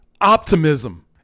optimism